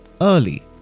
early